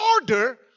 order